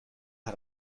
had